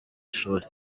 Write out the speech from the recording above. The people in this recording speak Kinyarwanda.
ishuri